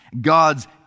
God's